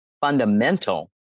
fundamental